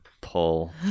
pull